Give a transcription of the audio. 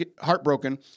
heartbroken